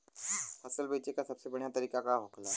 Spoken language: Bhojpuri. फसल बेचे का सबसे बढ़ियां तरीका का होखेला?